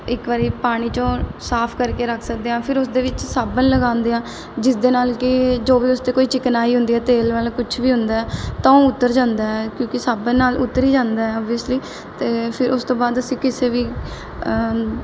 ਇੱਕ ਵਾਰੀ ਪਾਣੀ 'ਚੋਂ ਸਾਫ ਕਰਕੇ ਰੱਖ ਸਕਦੇ ਹਾਂ ਫਿਰ ਉਸਦੇ ਵਿੱਚ ਸਾਬਣ ਲਗਾਉਂਦੇ ਹਾਂ ਜਿਸ ਦੇ ਨਾਲ ਕਿ ਜੋ ਵੀ ਉਸ 'ਤੇ ਕੋਈ ਚਿਕਨਾਈ ਹੁੰਦੀ ਹੈ ਤੇਲ ਮਤਲਬ ਕੁਛ ਵੀ ਹੁੰਦਾ ਤਾਂ ਉਹ ਉੱਤਰ ਜਾਂਦਾ ਕਿਉਂਕਿ ਸਾਬਣ ਨਾਲ ਉੱਤਰ ਹੀ ਜਾਂਦਾ ਓਵੀਸਲੀ ਅਤੇ ਫਿਰ ਉਸ ਤੋਂ ਬਾਅਦ ਅਸੀਂ ਕਿਸੇ ਵੀ